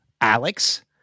Alex